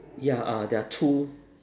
ya ah there are two